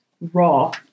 raw